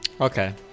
Okay